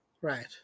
Right